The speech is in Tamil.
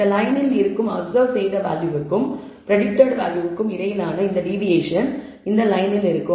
இந்த லயனில் இருக்கும் அப்சர்வ் செய்த வேல்யூவுக்கும் பிரடிக்டட் வேல்யூவுக்கும் இடையிலான இந்த டிவியேஷன் இந்த லயனில் இருக்கும்